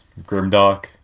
grimdark